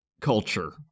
culture